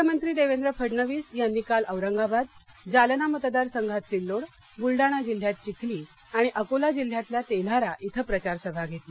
मुख्यमंत्री देवेंद्र फडणवीस यांनी काल औरंगाबाद जालना मतदार संघात सिल्लोड बुलडाणा जिल्ह्यात चिखली आणि अकोला जिल्ह्यातल्या तेल्हारा इथं प्रचार सभा घेतली